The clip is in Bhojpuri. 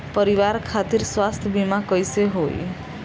परिवार खातिर स्वास्थ्य बीमा कैसे होई?